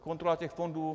Kontrola těch fondů.